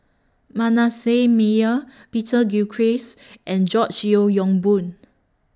Manasseh Meyer Peter Gilchrist and George Yeo Yong Boon